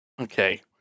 Okay